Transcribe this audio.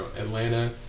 Atlanta